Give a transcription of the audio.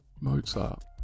mozart